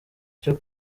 cyo